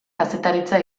kazetaritza